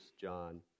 John